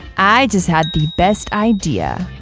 i just had the best idea